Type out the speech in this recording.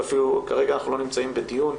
אנחנו אפילו לא נמצאים כרגע בדיון,